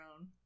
own